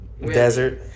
desert